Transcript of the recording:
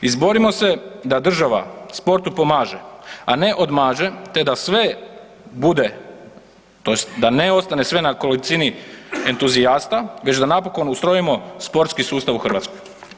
Izborimo se da država sportu pomaže, a ne odmaže te da sve bude tj. da ne ostane sve na kolicini entuzijasta već da napokon ustrojimo sportski sustav u Hrvatskoj.